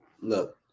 look